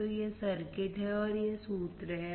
तो यह सर्किट है और यह सूत्र है